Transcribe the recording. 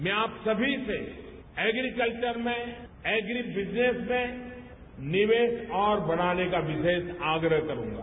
मैं आप सभी से एग्री कल्वर में एग्री बिजनेस में निवेश और बनाने का विशेष आग्रह करूंगा